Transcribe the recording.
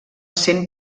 sent